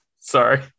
Sorry